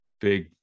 big